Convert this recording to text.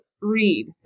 read